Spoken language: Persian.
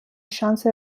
شانس